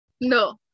No